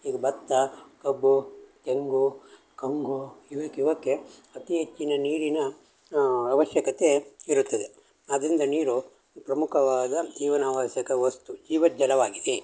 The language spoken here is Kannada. ಈಗ ಭತ್ತ ಕಬ್ಬು ತೆಂಗು ಕಂಗು ಇವಕ್ಕೆ ಇವಕ್ಕೆ ಅತಿ ಹೆಚ್ಚಿನ ನೀರಿನ ಅವಶ್ಯಕತೆ ಇರುತ್ತದೆ ಆದ್ದರಿಂದ ನೀರು ಪ್ರಮುಖವಾದ ಜೀವನ ಅವಶ್ಯಕ ವಸ್ತು ಜೀವದ ಜಲವಾಗಿದೆ